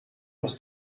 was